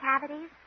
cavities